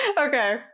Okay